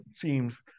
teams